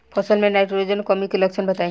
फसल में नाइट्रोजन कमी के लक्षण बताइ?